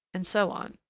and so on.